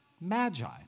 magi